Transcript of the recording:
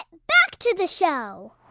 back to the show